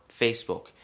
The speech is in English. Facebook